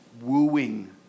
wooing